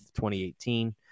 2018